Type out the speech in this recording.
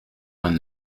vingt